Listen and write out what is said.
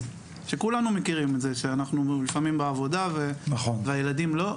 וכולנו מכירים את זה שאנחנו לפעמים בעבודה והילדים לא,